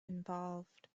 involved